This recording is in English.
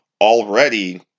already